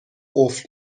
قفل